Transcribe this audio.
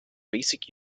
basic